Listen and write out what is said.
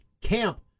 camp